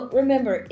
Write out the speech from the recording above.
remember